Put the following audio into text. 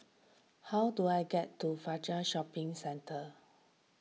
how do I get to Fajar Shopping Centre